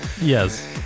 Yes